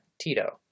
Tito